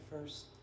first